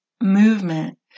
movement